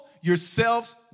yourselves